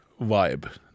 vibe